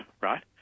right